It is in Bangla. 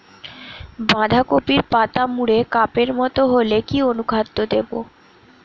বাঁধাকপির পাতা মুড়ে কাপের মতো হলে কি অনুখাদ্য দেবো?